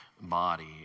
body